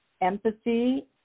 empathy